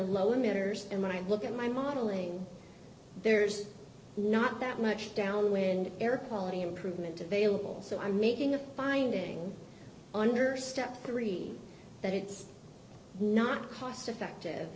lower mirrors and when i look at my modeling there's not that much downwind air quality improvement available so i'm making a finding under step three that it's not cost effective